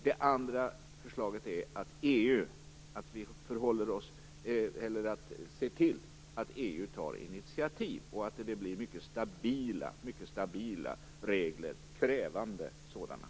Det andra förslaget är att vi ser till att EU tar initiativ och att det blir mycket stabila och krävande regler.